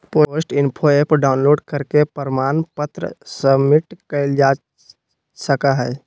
post info app download करके प्रमाण पत्र सबमिट कइल जा सका हई